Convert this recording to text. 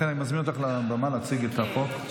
לכן אני מזמין אותה לבמה להציג את החוק.